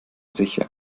sicher